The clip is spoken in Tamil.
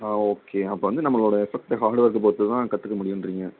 ஆ ஓகே அப்போது வந்து நம்மளோடய எஃபக்ட்டு ஹார்டு ஒர்க்கை பொறுத்து தான் கற்றுக்க முடியும்றிங்க